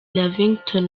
lavington